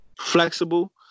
flexible